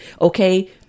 Okay